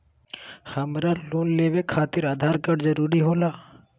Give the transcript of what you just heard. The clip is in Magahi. हमरा लोन लेवे खातिर आधार कार्ड जरूरी होला?